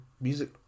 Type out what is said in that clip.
music